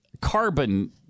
carbon